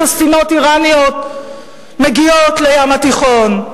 כשספינות אירניות מגיעות לים התיכון?